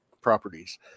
properties